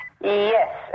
Yes